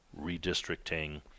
redistricting